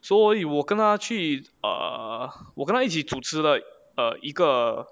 所以我跟她去 err 我跟他一起主持 like 一个